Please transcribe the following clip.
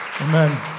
Amen